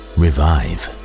revive